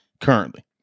Currently